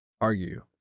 argue